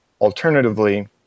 Alternatively